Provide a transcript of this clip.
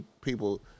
people